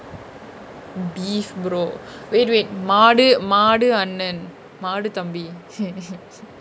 beef bro wait wait மாடு மாடு அண்ணன் மாடு தம்பி:maadu maadu annan maadu thambi